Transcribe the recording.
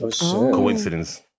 coincidence